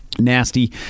Nasty